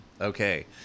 okay